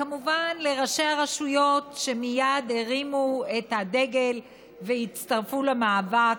וכמובן לראשי הרשויות שמייד הרימו את הדגל והצטרפו למאבק: